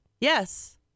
Yes